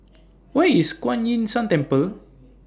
Where IS Kuan Yin San Temple